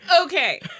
Okay